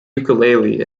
ukulele